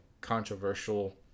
controversial